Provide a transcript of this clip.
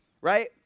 Right